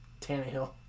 Tannehill